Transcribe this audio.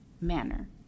manner